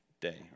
Day